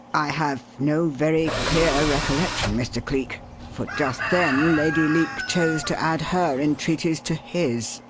i have no very clear recollection, mr. cleek, for just then lady leake chose to add her entreaties to his,